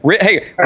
Hey